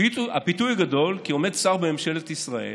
הפיתוי הוא גדול, כי עומד שר בממשלת ישראל,